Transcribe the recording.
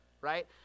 right